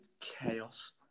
chaos